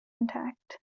intact